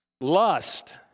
lust